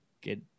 get